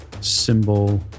symbol